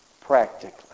practically